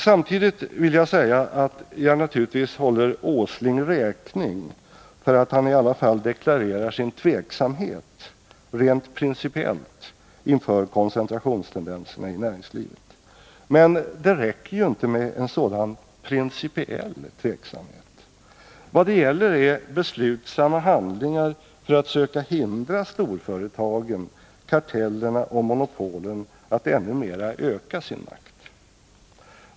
Samtidigt vill jag säga att jag naturligtvis håller Nils Åsling räkning för att han i alla fall deklarerar sin tveksamhet rent principiellt inför koncentrationstendenserna i näringslivet. Men det räcker ju inte med en sådan principiell tveksamhet. Vad det gäller är beslutsamma handlingar för att söka hindra storföretagen, kartellerna och monopolen att ännu mera öka sin makt.